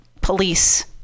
police